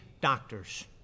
doctors